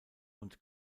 und